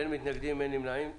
אין מתנגדים, אין נמנעים.